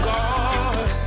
God